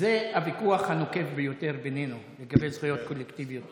זה הוויכוח הנוקב ביותר בינינו לגבי זכויות קולקטיביות.